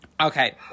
Okay